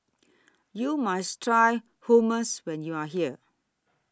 YOU must Try Hummus when YOU Are here